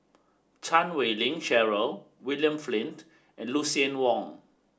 Chan Wei Ling Cheryl William Flint and Lucien Wang